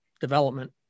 development